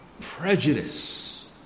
prejudice